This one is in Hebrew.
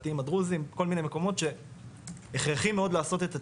כל מיני מקומות שהכרחי מאוד לעשות את התרגום,